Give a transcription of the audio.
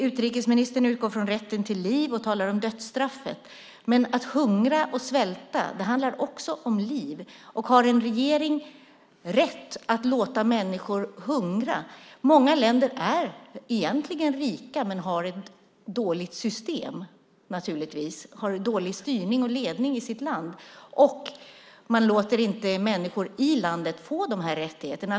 Utrikesministern utgår från rätten till liv och talar om dödsstraffet. Att hungra och svälta handlar också om liv. Har en regering rätt att låta människor hungra? Många länder är egentligen rika, men har ett dåligt system. De har dålig styrning och ledning i sitt land. Man låter inte människor i landet få de här rättigheterna.